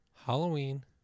Halloween